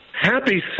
Happy